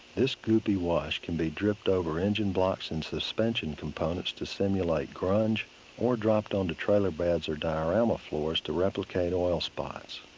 this gloopy wash can be dripped over engine blocks and suspension components to stimulate grunge or dropped on to trailer beds or diorama floors to replicate oil spots.